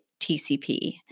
TCP